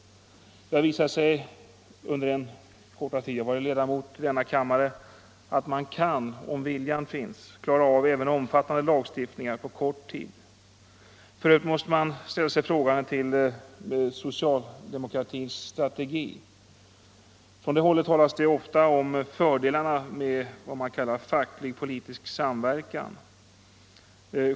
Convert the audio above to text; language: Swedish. Det har visat sig under den korta tid jag varit ledamot av denna kammare att man kan — om viljan finns — klara av även omfattande lagstiftningar på kort tid. För övrigt måste jag ställa mig frågande till socialdemokratins strategi. Från det hållet talas det ofta om fördelarna med vad som kallas facklig-politisk samverkan.